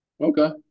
okay